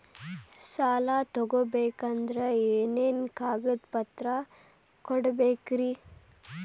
ಸಾಲ ತೊಗೋಬೇಕಂದ್ರ ಏನೇನ್ ಕಾಗದಪತ್ರ ಕೊಡಬೇಕ್ರಿ?